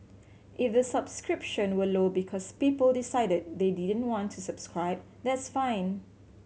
if the subscription were low because people decided they didn't want to subscribe that's fine